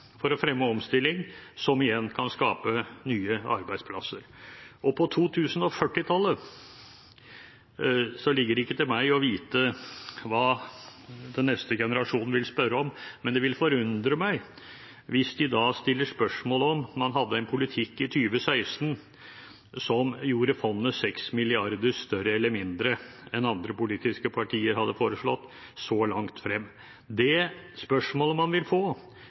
for å fremme omstilling, som igjen kan skape nye arbeidsplasser. På 2040-tallet ligger det ikke til meg å vite hva den neste generasjon vil spørre om, men det vil forundre meg hvis de da stiller spørsmål om man hadde en politikk i 2016 som gjorde fondet 6 mrd. kr større eller mindre enn andre politiske partier hadde forslag om, så langt frem. Det spørsmålet man vil få,